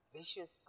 vicious